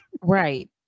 Right